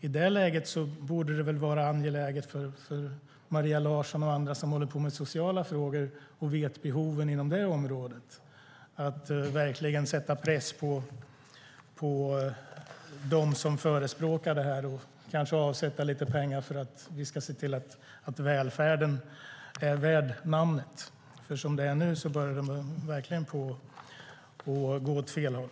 I det läget borde det vara angeläget för Maria Larsson och andra som håller på med sociala frågor och känner till behoven inom det området att verkligen sätta press på dem som förespråkar avdragen och avsätta pengar så att man får en välfärd värd namnet. Som det är nu börjar det verkligen gå åt fel håll.